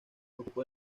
ocupó